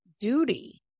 duty